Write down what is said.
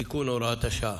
תיקון הוראת השעה.